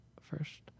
first